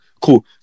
cool